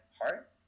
heart